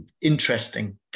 interesting